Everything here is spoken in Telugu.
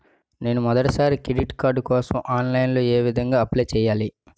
నేను మొదటిసారి క్రెడిట్ కార్డ్ కోసం ఆన్లైన్ లో ఏ విధంగా అప్లై చేయాలి?